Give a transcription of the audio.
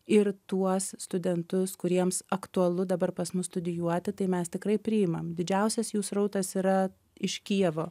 ir tuos studentus kuriems aktualu dabar pas mus studijuoti tai mes tikrai priimam didžiausias jų srautas yra iš kijevo